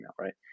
right